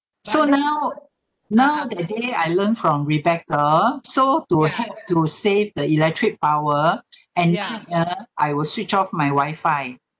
so now now that day I learn from rebecca so to help to save the electric power at night ah I will switch off my wifi